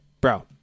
Bro